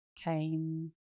came